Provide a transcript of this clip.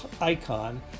icon